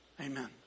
Amen